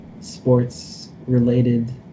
sports-related